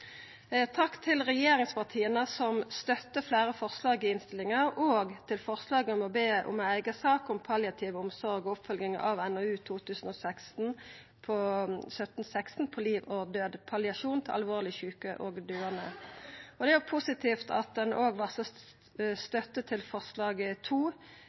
Takk til regjeringspartia, som støttar fleire forslag i innstillinga, òg forslaget om å be om ei eiga sak om palliativ omsorg og oppfølging av NOU 2017: 16, På liv og død – Palliasjon til alvorlig syke og døende. Det er positivt at ein òg varslar